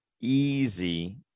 easy